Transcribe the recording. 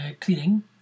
cleaning